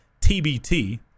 TBT